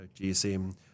GSM